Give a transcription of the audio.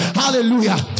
hallelujah